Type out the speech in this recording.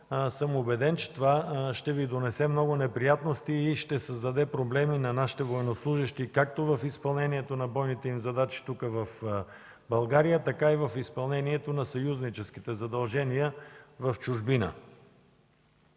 убеден съм, че това ще Ви донесе много неприятности и ще създаде проблеми на нашите военнослужещи както в изпълнението на бойните им задачи тук в България, така и в изпълнението на съюзническите задължения в чужбина.